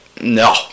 no